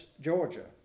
Georgia